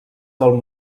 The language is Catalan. del